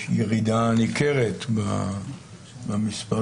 יש ירידה ניכרת במספרים.